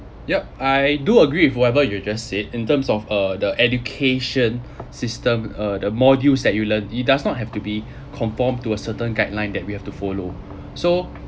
ya I do agree with whatever you just said in terms of uh the education system uh the modules that you learn it does not have to be conform to a certain guidelines that we have to follow so